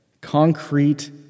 concrete